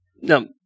No